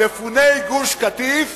מפוני גוש-קטיף,